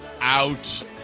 out